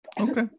Okay